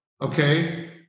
okay